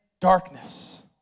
darkness